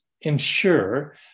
ensure